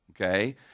Okay